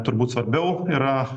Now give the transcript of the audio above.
turbūt svarbiau yra